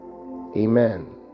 Amen